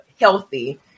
healthy